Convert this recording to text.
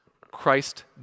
Christ